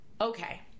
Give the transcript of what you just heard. Okay